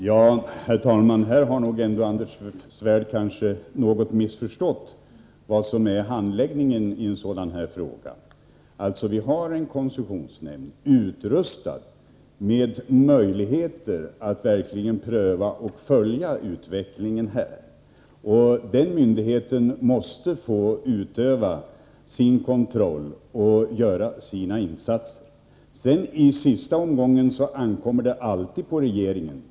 Herr talman! Anders Svärd har kanske missförstått handläggningen av den här frågan något. Vi har en koncessionsnämnd utrustad med möjligheter att verkligen pröva och följa utvecklingen. Den myndigheten måste få utöva sin kontroll och göra sina insatser. I sista omgången ankommer avgörandet på regeringen.